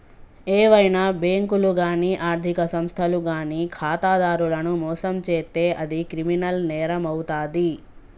ఏవైనా బ్యేంకులు గానీ ఆర్ధిక సంస్థలు గానీ ఖాతాదారులను మోసం చేత్తే అది క్రిమినల్ నేరమవుతాది